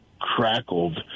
crackled